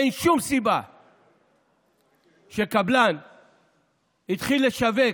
אין שום סיבה שקבלן יתחיל לשווק